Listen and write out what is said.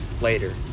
later